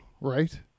Right